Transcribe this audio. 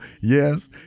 yes